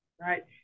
Right